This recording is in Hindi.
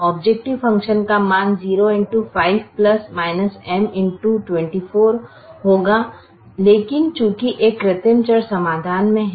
औब्जैकटिव फ़ंक्शन का मान 0 x 5 M x 24 होगा लेकिन चूंकि एक कृत्रिम चर समाधान में है